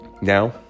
now